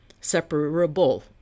separable